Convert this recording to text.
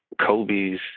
Kobe's